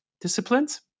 disciplines